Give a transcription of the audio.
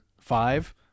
five